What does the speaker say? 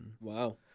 Wow